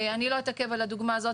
אני לא אתעכב על הדוגמה הזאת,